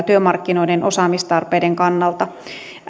työmarkkinoiden osaamistarpeiden kannalta